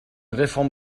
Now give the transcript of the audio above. réforme